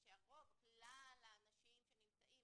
שהרוב, כלל האנשים שנמצאים